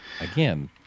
again